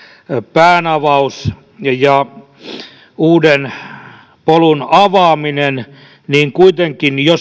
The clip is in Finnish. päänavaus ja ja uuden polun avaaminen niin kuitenkin jo